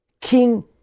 King